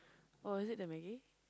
oh is it the Maggi